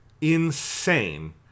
insane